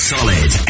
Solid